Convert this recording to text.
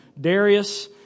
Darius